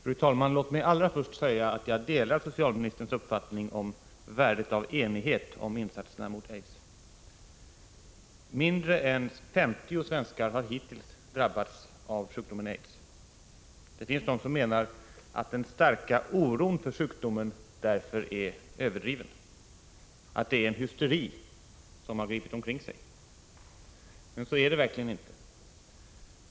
Fru talman! Låt mig allra först säga att jag delar socialministerns uppfattning om värdet av enighet om insatserna mot aids. Mindre än 50 svenskar har hittills drabbats av sjukdomen aids. Det finns de som menar att den starka oron för sjukdomen därför är överdriven, att det är en hysteri som har gripit omkring sig. Men så är det verkligen inte.